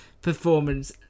performance